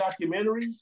documentaries